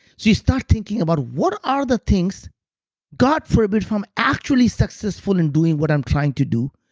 you start thinking about what are the things god forbid from actually successful in doing what i'm trying to do.